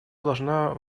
должна